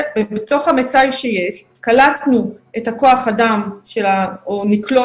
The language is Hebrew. בתוך המצאי שיש קלטנו את כוח האדם או נקלוט